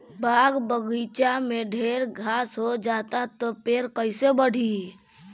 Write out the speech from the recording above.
बाग बगइचा में ढेर घास हो जाता तो पेड़ कईसे बढ़ी